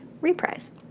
reprise